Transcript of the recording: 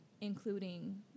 including